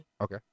Okay